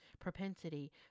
propensity